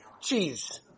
Cheese